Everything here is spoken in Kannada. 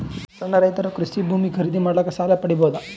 ಸಣ್ಣ ರೈತರು ಕೃಷಿ ಭೂಮಿ ಖರೀದಿ ಮಾಡ್ಲಿಕ್ಕ ಸಾಲ ಪಡಿಬೋದ?